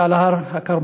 שעל הר הכרמל,